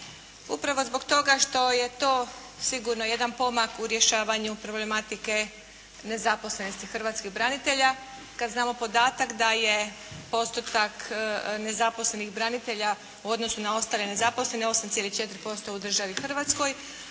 upravo zbog toga što je to sigurno jedan pomak u rješavanju problematike nezaposlenosti hrvatskih branitelja, kad znamo podatak da je postotak nezaposlenih branitelja u odnosu na ostale nezaposlene 8,4% u državi Hrvatskoj,